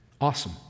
Awesome